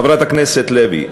חברת הכנסת לוי,